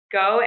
go